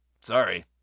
Sorry